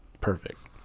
Perfect